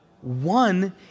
one